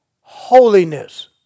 holiness